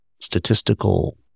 statistical